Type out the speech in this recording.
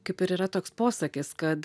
kaip ir yra toks posakis kad